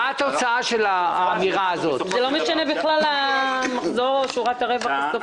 לא משנה בכלל המחזור או שורת הרווח הסופית.